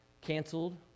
canceled